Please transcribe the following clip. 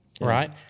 Right